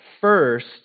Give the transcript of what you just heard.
first